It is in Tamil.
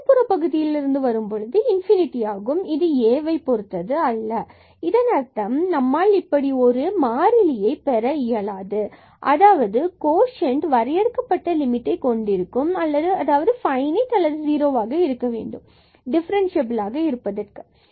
இடதுபுற பகுதியிலிருந்து வரும் பொழுது ஆகும் இது A பொறுத்தது அல்ல இதன் அர்த்தம் நம்மால் இப்படி ஒரு மாறியை பெற இயலாது அதாவது கோஷன்ட் வரையறுக்கப்பட்ட லிமிட் கொண்டிருக்கும் அதாவது Finite and 0 ஆக இருக்கவேண்டும் டிஃபரன்ஸ்சியபிலாக இருப்பதற்கு